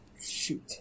shoot